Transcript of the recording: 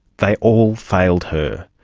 they all failed her.